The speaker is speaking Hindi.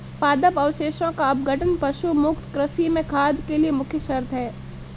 पादप अवशेषों का अपघटन पशु मुक्त कृषि में खाद के लिए मुख्य शर्त है